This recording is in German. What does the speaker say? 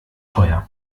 teuer